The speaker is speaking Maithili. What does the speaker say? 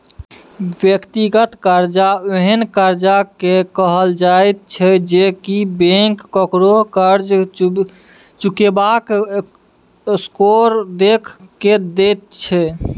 व्यक्तिगत कर्जा ओहेन कर्जा के कहल जाइत छै जे की बैंक ककरो कर्ज चुकेबाक स्कोर देख के दैत छै